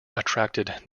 attracted